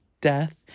death